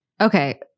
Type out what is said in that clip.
Okay